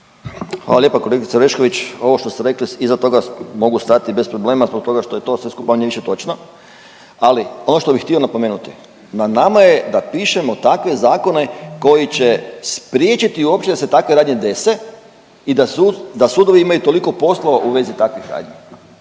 Hvala lijepa. Kolegice Orešković, ovo što ste rekli iza toga mogu stati bez problema zbog toga što je to sve skupa manje-više točno, ali ono što bih htio napomenuti, na nama je da pišemo takve zakone koji će spriječiti uopće da se takve radnje dese i da sud, da sudovi imaju toliko poslova u vezi takvih radnji,